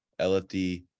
LFD